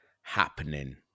happening